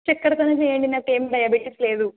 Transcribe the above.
చక్కెరతోనే చెయ్యండి నాకేం డయాబెటిస్ లేదు